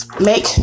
make